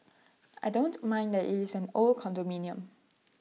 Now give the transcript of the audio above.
I don't mind that IT is an old condominium